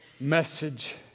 message